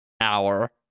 hour